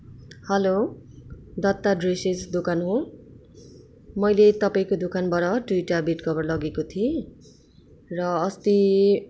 hello Datta dresses दोकान हो मैले तपाईँको दोकानबटा दुईवटा बेडकभर लगेको थिएँ र अस्ति